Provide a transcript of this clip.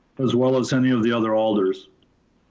as well as any of the other alders.